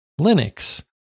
Linux